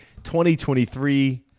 2023